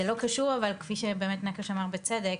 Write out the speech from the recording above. זה לא קשור אבל כפי שבאמת נקש אמר בצדק,